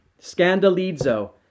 Scandalizo